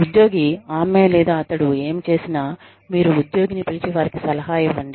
ఉద్యోగి ఆమె లేదా అతడు ఏమి చేసిన మీరు ఉద్యోగిని పిలిచి వారికి సలహా ఇవ్వండి